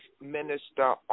Minister